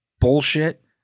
bullshit